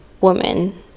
woman